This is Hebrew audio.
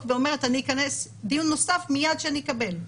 ואומרת שאני אכנס דיון נוסף מיד כשאקבל.